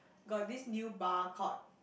got this new bar called